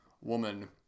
woman